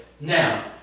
now